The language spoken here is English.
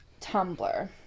Tumblr